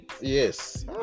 yes